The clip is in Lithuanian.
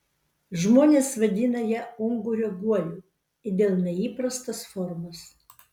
žmonės vadina ją ungurio guoliu dėl neįprastos formos